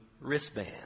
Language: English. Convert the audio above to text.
wristband